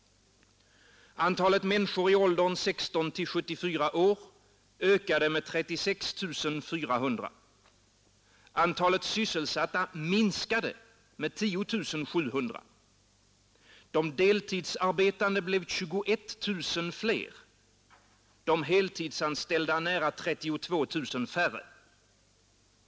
Antalet människor i åldern 16 — 74 år ökade med 36 400. Antalet sysselsatta minskade med 10 700. De deltidsarbetande blev 21 000 fler, de heltidsanställda nära 32 000 färre.